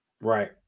Right